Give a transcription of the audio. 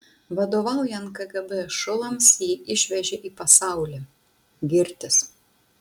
vadovaujant kgb šulams jį išvežė į pasaulį girtis